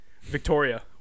Victoria